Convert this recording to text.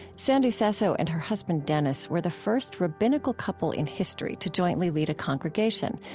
sandy sasso and her husband, dennis, were the first rabbinical couple in history to jointly lead a congregation,